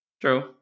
True